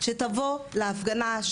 שתבוא להפגנה,